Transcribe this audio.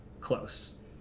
close